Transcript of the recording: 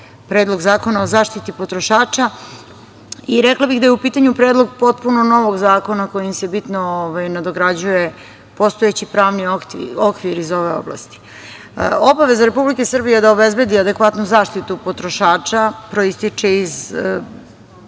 Predlog zakona o zaštiti potrošača. Rekla bih da je u pitanju predlog potpuno novog zakona kojim se bitno nadograđuje postojeći pravni okvir iz ove oblasti. Obaveza Republike Srbije da obezbedi adekvatnu zaštitu potrošača proističe iz,